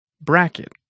Bracket